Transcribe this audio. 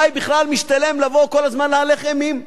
אולי בכלל משתלם לבוא כל הזמן ולהלך אימים?